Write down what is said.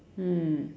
mm